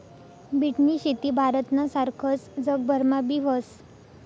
बीटनी शेती भारतना सारखस जगभरमा बी व्हस